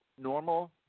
normal